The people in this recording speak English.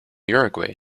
uruguay